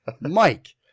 Mike